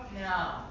No